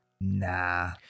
nah